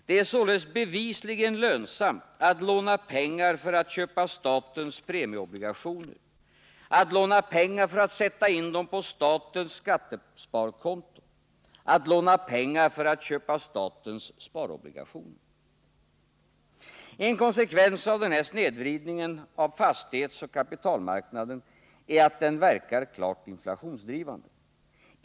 Det är således bevisligen lönsamt att låna pengar för att köpa statens premieobligationer, att låna pengar för att sätta in dem på statens skattesparkonto och att låna pengar för att köpa statens sparobligationer. En konsekvens av den här snedvridningen av fastighetsoch kapitalmarknaden är att den verkar klart inflationsdrivande.